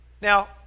Now